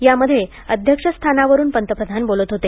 त्यामध्ये अध्यक्षस्थानावरून पंतप्रधान बोलत होते